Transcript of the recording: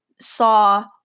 saw